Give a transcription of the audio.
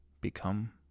become